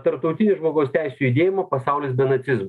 tarptautinis žmogaus teisių judėjimo pasaulis be nacizmo